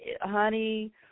honey